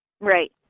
right